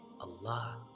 Allah